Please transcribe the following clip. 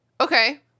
Okay